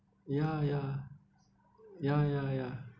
ya ya ya ya ya